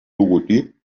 logotip